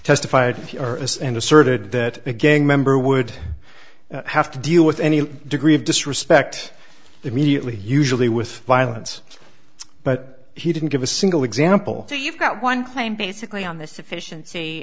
testified or as and asserted that again member would have to deal with any degree of disrespect immediately usually with violence but he didn't give a single example so you've got one claim basically on this efficiency